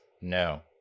No